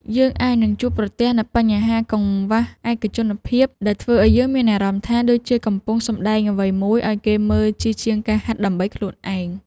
យើងអាចនឹងជួបប្រទះនូវបញ្ហាកង្វះឯកជនភាព ដែលធ្វើឱ្យយើងមានអារម្មណ៍ថា ដូចជាកំពុងសម្ដែងអ្វីមួយឱ្យគេមើលជាជាងការហាត់ដើម្បីខ្លួនឯង។